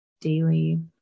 daily